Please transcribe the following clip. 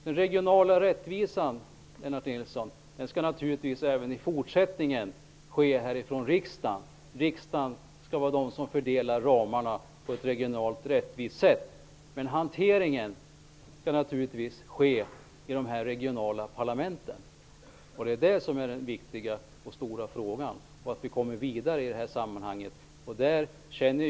Den regionala rättvisan skall naturligtvis även i fortsättningen skipas av riksdagen, Lennart Nilsson. Riksdagen är den instans som skall fördela ramarna på ett regionalt rättvist sätt. Men hanteringen skall naturligtvis ske i de regionala parlamenten. Det är just det som är den viktiga och stora frågan. Vi måste komma vidare i detta sammanhang.